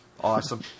Awesome